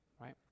right